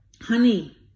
honey